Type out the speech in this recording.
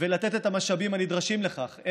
ולתת את המשאבים הנדרשים לכך,